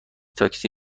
تاکسی